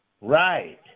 Right